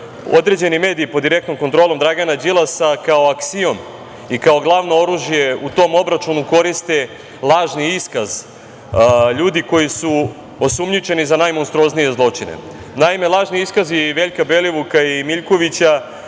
određeni mediji, pod direktnom kontrolom Dragana Đilasa, kao aksiom i kao glavno oružje u tom obračunu koriste lažni iskaz ljudi koji su osumnjičeni za najmonstruoznije zločine. Naime, lažni iskazi Veljka Belivuka i Miljkovića